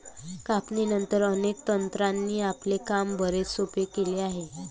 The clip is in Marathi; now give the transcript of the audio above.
कापणीनंतर, अनेक तंत्रांनी आपले काम बरेच सोपे केले आहे